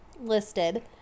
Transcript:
listed